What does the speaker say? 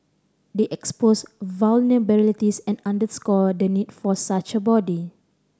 they exposed vulnerabilities and underscore the need for such a body